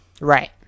right